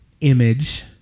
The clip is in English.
image